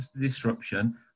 disruption